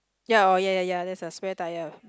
ya oh ya ya ya there is a spare tyre